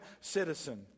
citizen